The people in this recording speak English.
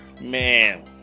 Man